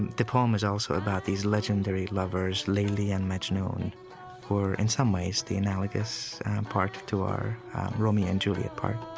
and the poem is also about these legendary lovers, layli and majnun, who are in someways the analogous part to our romeo and juliet part